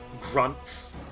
grunts